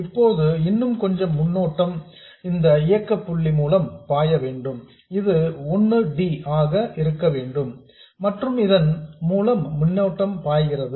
இப்போது இன்னும் கொஞ்சம் முன்னோட்டம் இந்த இயக்க புள்ளி மூலம் பாய வேண்டும் இது 1 D ஆக இருக்க வேண்டும் மற்றும் இதன் மூலம் மின்னோட்டம் பாய்கிறது